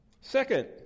Second